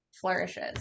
flourishes